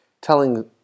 telling